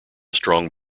strong